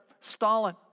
Stalin